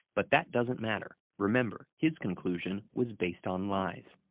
but that doesn't matter remember, his conclusion was based on lies.